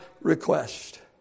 request